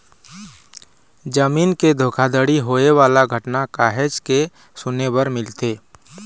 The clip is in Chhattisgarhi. जमीन के धोखाघड़ी होए वाला घटना काहेच के सुने बर मिलथे